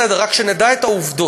זה בסדר, רק שנדע את העובדות.